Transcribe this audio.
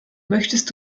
möchtest